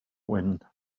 wind